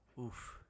Oof